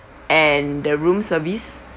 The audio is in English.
and the room service